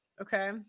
okay